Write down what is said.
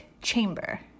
chamber